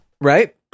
right